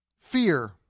fear